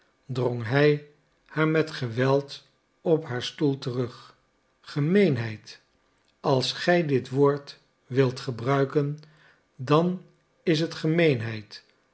drong hij haar met geweld op haar stoel terug gemeenheid als gij dit woord wilt gebruiken dan is het gemeenheid